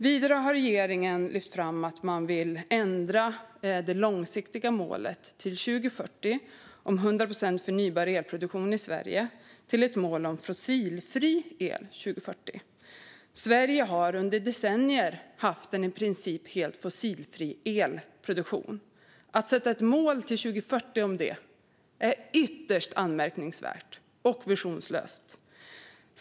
Vidare har regeringen lyft fram att man vill ändra det långsiktiga målet om 100 procent förnybar elproduktion i Sverige till 2040 till ett mål om fossilfri el 2040. Sverige har under decennier haft en i princip helt fossilfri elproduktion. Att sätta ett mål om detta till 2040 är ytterst anmärkningsvärt och visionslöst.